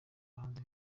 abahanzi